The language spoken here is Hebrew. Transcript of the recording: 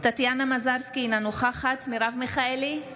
טטיאנה מזרסקי, אינה נוכחת מרב מיכאלי,